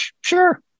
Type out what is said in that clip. sure